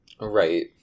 Right